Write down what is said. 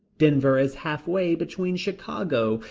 denver is halfway between chicago,